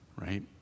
right